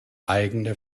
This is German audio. eigene